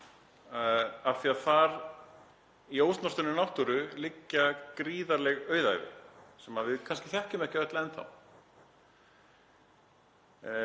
af því að í ósnortinni náttúru liggja gríðarleg auðæfi sem við kannski þekkjum ekki öll enn þá.